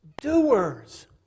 doers